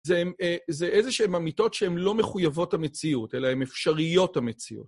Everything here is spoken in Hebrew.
זה איזה שהן אמיתות שהן לא מחויבות המציאות, אלא הן אפשריות המציאות.